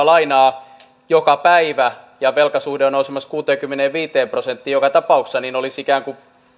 lainaa joka päivä ja velkasuhde on nousemassa kuuteenkymmeneenviiteen prosenttiin joka tapauksessa niin voisi ikään kuin